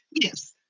Yes